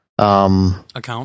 Account